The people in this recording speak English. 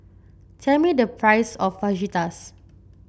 tell me the price of Fajitas